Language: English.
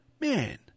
man